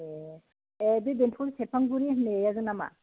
ए बे बेंथल सेरफांगुरि होननायानो नामा